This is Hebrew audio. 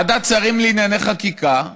ועדת שרים לענייני חקיקה,